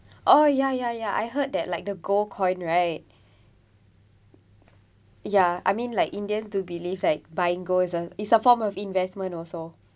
oh ya ya ya I heard that like the gold coin right ya I mean like indians do believe like buying gold is a is a form of investment also